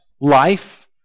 life